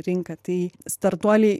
rinka tai startuoliai